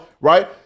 right